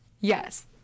Yes